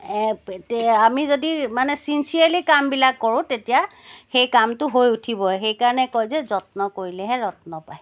আমি যদি মানে ছিনচিয়ৰ্লি কামবিলাক কৰো তেতিয়া সেই কামটো হৈ উঠিবই সেইকাৰণে কয় যে যত্ন কৰিলেহে ৰত্ন পায়